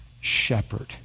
shepherd